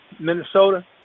Minnesota